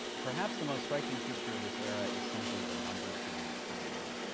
perhaps the most striking feature of this era is simply the numbers game that's going on.